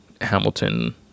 Hamilton